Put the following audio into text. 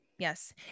Yes